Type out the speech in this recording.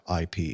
IP